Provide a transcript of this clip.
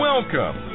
Welcome